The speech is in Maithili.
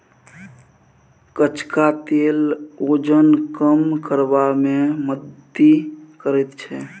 कचका तेल ओजन कम करबा मे मदति करैत छै